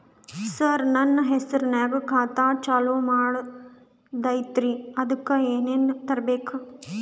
ಸರ, ನನ್ನ ಹೆಸರ್ನಾಗ ಖಾತಾ ಚಾಲು ಮಾಡದೈತ್ರೀ ಅದಕ ಏನನ ತರಬೇಕ?